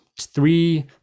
Three